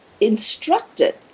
instructed